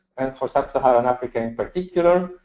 and for sub-saharan africa in particular,